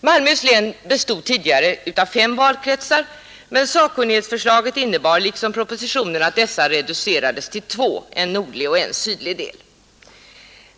Malmöhus län bestod tidigare av fem valkretsar, men sakkunnigförslaget innebar, liksom propositionen, att dessa reducerades till två: en nordlig och en sydlig del.